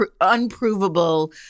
unprovable